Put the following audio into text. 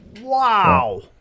Wow